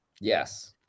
yes